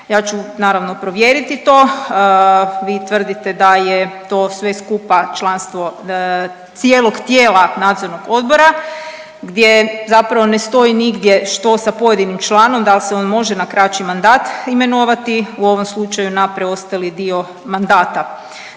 Ja ću naravno provjeriti to. Vi tvrdite da je to sve skupa članstvo cijelog tijela nadzornog odbora, gdje zapravo ne stoji nigdje što sa pojedinim članom, da li se on može na kraći mandat imenovati u ovom slučaju na preostali dio mandata.